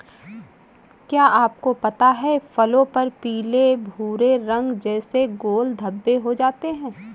क्या आपको पता है फलों पर पीले भूरे रंग जैसे गोल धब्बे हो जाते हैं?